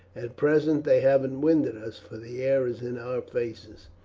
at present they haven't winded us, for the air is in our faces.